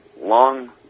long